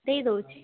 ଦେଇ ଦେଉଛି